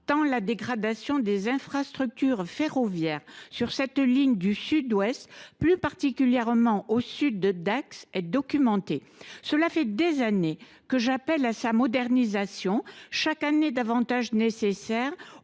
tant la dégradation des infrastructures ferroviaires sur cette ligne du Sud Ouest, plus particulièrement au sud de Dax, est documentée. Cela fait des années que j’appelle à sa modernisation, chaque année davantage nécessaire